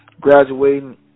Graduating